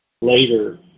later